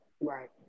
Right